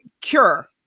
cure